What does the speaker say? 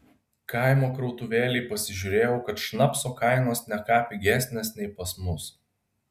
kaimo krautuvėlėj pasižiūrėjau kad šnapso kainos ne ką pigesnės nei pas mus